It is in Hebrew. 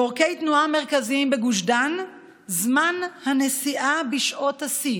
בעורקי תנועה מרכזיים בגוש דן זמן הנסיעה בשעות השיא